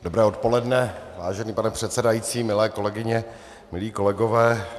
Dobré odpoledne, vážený pane předsedající, milé kolegyně, milí kolegové.